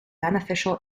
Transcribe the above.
beneficial